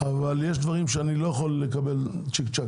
אבל יש דברים שאני לא יכול לקבל צ'יק-צ'ק.